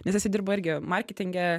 nes jisai dirba irgi marketinge